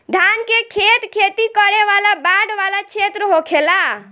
धान के खेत खेती करे वाला बाढ़ वाला क्षेत्र होखेला